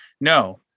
No